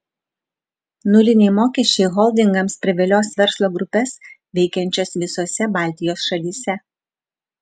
nuliniai mokesčiai holdingams privilios verslo grupes veikiančias visose baltijos šalyse